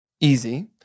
easy